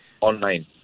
online